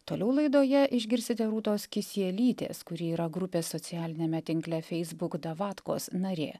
toliau laidoje išgirsite rūtos kisielytės kuri yra grupė socialiniame tinkle facebook davatkos narė